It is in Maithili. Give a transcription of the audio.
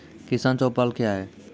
किसान चौपाल क्या हैं?